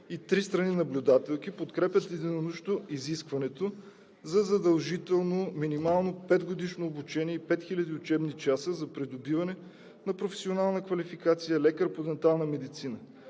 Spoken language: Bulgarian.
и три страни наблюдателки подкрепят единодушно изискването за задължително минимално петгодишно обучение и пет хиляди учебни часа за придобиване на професионална квалификация „лекар по дентална медицина“